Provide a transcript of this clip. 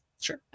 Sure